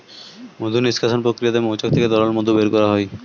মধু নিষ্কাশণ প্রক্রিয়াতে মৌচাক থেকে তরল মধু বের করা হয়